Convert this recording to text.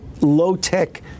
low-tech